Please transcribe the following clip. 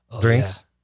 drinks